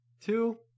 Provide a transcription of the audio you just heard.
two